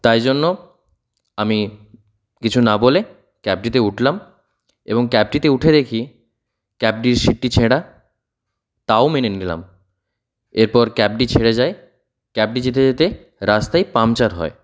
তাই জন্য আমি কিছু না বলে ক্যাবটিতে উঠলাম এবং ক্যাবটিতে উঠে দেখি ক্যাবটির সিটটি ছেঁড়া তাও মেনে নিলাম এরপর ক্যাবটি ছেড়ে যায় ক্যাবটি যেতে যেতে রাস্তায় পাংচার হয়